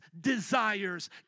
desires